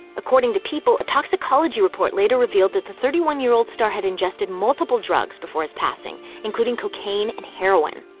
according to people, a toxicology report later revealed that the thirty one year old tv star had ingested multiple drugs before his passing, including cocaine, and heroin.